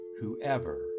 whoever